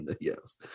Yes